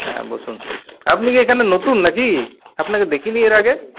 হ্যাঁ বসুন আপনি কি এখানে নতুন নাকি আপনাকে দেখিনি এর আগে